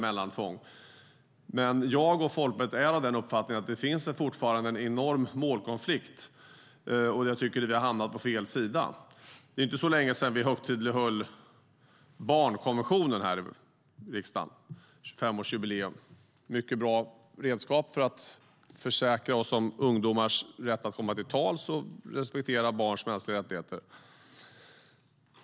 Men jag och Folkpartiet är av den uppfattningen att det fortfarande finns här en enorm målkonflikt, och jag tycker att vi har hamnat på fel sidan i den. Det är inte så länge sedan som vi högtidlighöll 25-årsjubileumet av barnkonventionen här i riksdagen. Barnkonventionen är ett mycket bra redskap för att försäkra oss om ungdomars rätt att komma till tals och respektera barns mänskliga rättigheter.